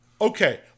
Okay